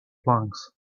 planks